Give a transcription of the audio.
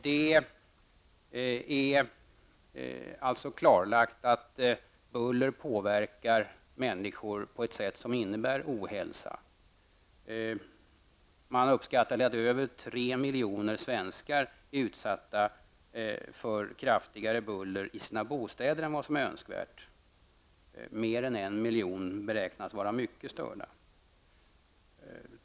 Det är alltså klarlagt att buller påverkar människor på ett sätt som innebär ohälsa. Man uppskattar att över tre miljoner svenskar i sina bostäder är utsatta för ett kraftigare buller än vad som är önskvärt. Mer än en miljon beräknas vara mycket störda.